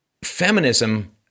Feminism